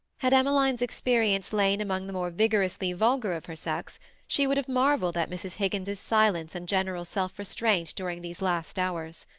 had emmeline's experience lain among the more vigorously vulgar of her sex she would have marvelled at mrs. higgins's silence and general self-restraint during these last hours.